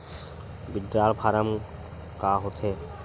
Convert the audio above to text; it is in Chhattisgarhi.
विड्राल फारम का होथे?